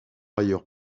ailleurs